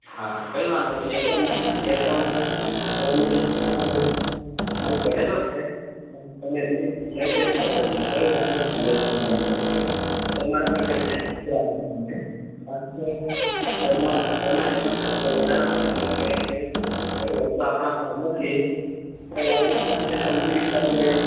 હા કઈ વાંધો નય એ પણ એ પ્રમાણે માલ પડેલો છે માલ તમે લઈ જઈ શકો છો વાંધો ના આવે તમારા માટે તમે આવ્યા છો એટલે વધારાના મોંઘા પડે એવી વસ્તુ આપડા પાસે નથી સમજી વિચારીને